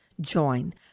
Join